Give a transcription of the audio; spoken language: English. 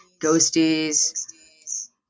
ghosties